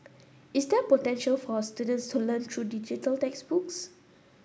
is there potential for our students to learn through digital textbooks